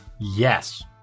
Yes